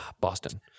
Boston